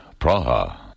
Praha